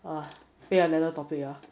ah pick another topic ah